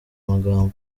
magambo